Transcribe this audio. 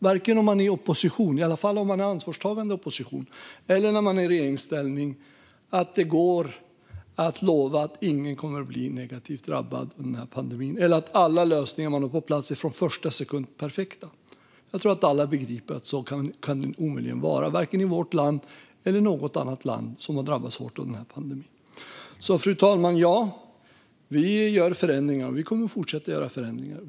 Varken som opposition - i alla fall om man agerar som ansvarstagande opposition - eller i regeringsställning går det att lova att ingen kommer att bli negativt drabbad under den här pandemin eller att alla lösningar vi får på plats är perfekta från första sekund. Jag tror att alla begriper att det omöjligen kan vara så, vare sig i vårt land eller i något annat land som har drabbats hårt under pandemin. Fru talman! Ja, vi gör förändringar, och vi kommer att fortsätta göra förändringar.